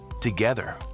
Together